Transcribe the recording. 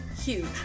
Huge